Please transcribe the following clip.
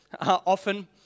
often